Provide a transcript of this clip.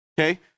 Okay